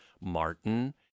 Martin